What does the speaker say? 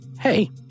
hey